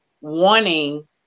wanting